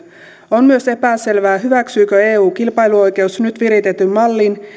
on myös epäselvää hyväksyykö eun kilpailuoikeus nyt viritetyn mallin